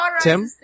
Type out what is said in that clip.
Tim